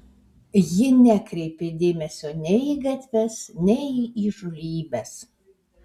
ji nekreipė dėmesio nei į gatves nei į įžūlybes